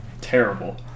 terrible